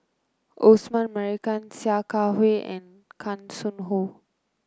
Osman Merican Sia Kah Hui and Hanson Ho